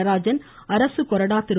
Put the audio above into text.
நடராஜன் அரசுக்கொறாடா திரு